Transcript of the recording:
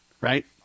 right